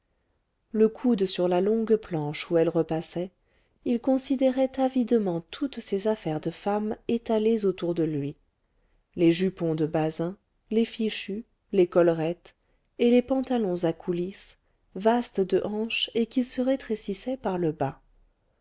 le coude sur la longue planche où elle repassait il considérait avidement toutes ces affaires de femmes étalées autour de lui les jupons de basin les fichus les collerettes et les pantalons à coulisse vastes de hanches et qui se rétrécissaient par le bas